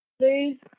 Please